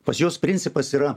pas juos principas yra